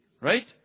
right